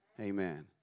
Amen